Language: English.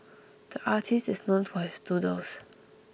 the artist is known for his doodles